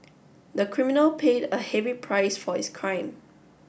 the criminal paid a heavy price for his crime